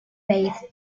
bathe